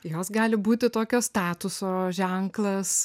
jos gali būti tokio statuso ženklas